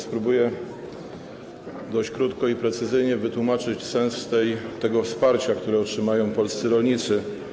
Spróbuję dość krótko i precyzyjnie wytłumaczyć sens tego wsparcia, które otrzymają polscy rolnicy.